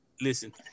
Listen